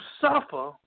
suffer